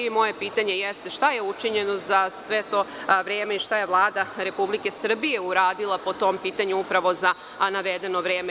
Jeste šta je učinjeno za sve to vreme i šta je Vlada Republike Srbije uradila po tom pitanju upravo za navedeno vreme?